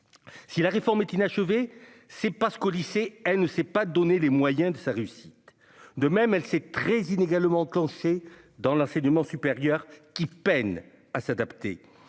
si la réforme est inachevé, c'est pas ce qu'au lycée, elle ne s'est pas donné les moyens de sa réussite de même elle c'est très inégalement pencher dans la du Mans supérieur qui peinent à s'adapter,